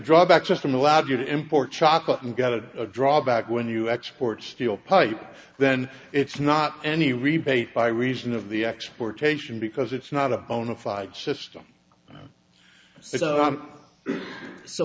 drawback system allowed you to import chocolate and got a drawback when you export steel pipe then it's not any rebate by reason of the exportation because it's not a bona fide system